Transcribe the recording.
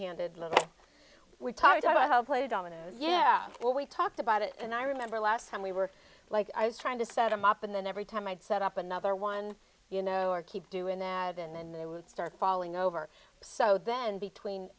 handed little we talked i hope play dominoes yeah well we talked about it and i remember last time we were like i was trying to set him up and then every time i'd set up another one you know or keep doing that and then they would start falling over so then between